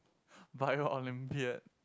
bio Olympiad